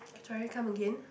sorry come again